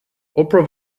oprah